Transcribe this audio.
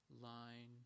line